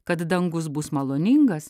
kad dangus bus maloningas